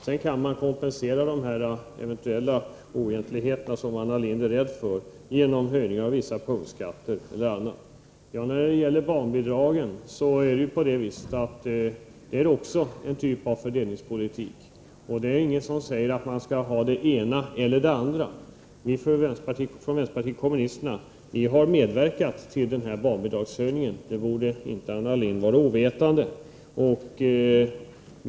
Sedan kan man genom en höjning av vissa punktskatter eller på annat sätt kompensera de eventuella oegentligheter som Anna Lindh befarar. När det gäller barnbidrag är det ju så att detta bidrag också är en typ av fördelningspolitik. Det finns ingenting som säger att man skall ha det ena eller det andra. Vi från vänsterpartiet kommunisterna har medverkat till barnbidragshöjningen. Det borde inte Anna Lindh vara ovetande om.